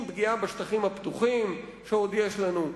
עם פגיעה בשטחים הפתוחים שעוד יש לנו,